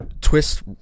twist